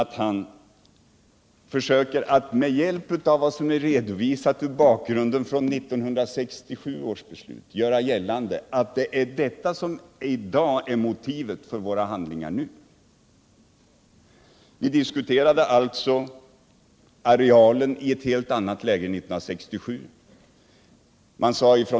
Vidare försöker herr Larsson i Borrby med den bakgrund som är redovisad från 1967 års beslut göra gällande att det är detta som är motivet för våra handlingar nu. Vi diskuterade ju arealen i ett helt annat läge 1967.